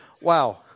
Wow